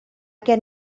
gen